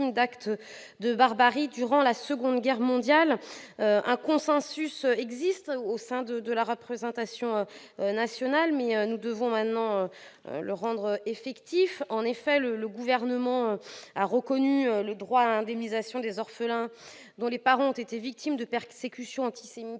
d'actes de barbarie durant la Seconde Guerre mondiale. Un consensus existe au sein de la représentation nationale, mais nous devons maintenant le rendre effectif. En l'an 2000, le Gouvernement a en effet reconnu le droit à indemnisation des orphelins dont les parents ont été victimes de persécutions antisémites